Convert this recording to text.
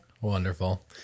Wonderful